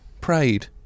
Prayed